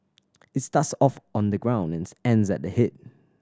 it starts off on the ground and ends at the head